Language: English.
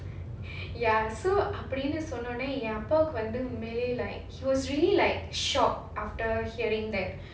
ya so அப்டினு சொன்னவுடனே எங்க அப்பா வந்து உண்மையிலே வந்து:apdinu sonnavudanae enga appa vandhu unmaiyilae vandhu like he was really like shocked after hearing that